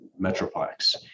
Metroplex